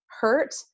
hurt